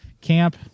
camp